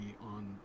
on